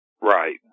Right